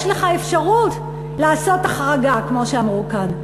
יש לך אפשרות לעשות החרגה, כמו שאמרו כאן.